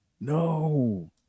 No